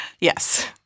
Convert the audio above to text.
Yes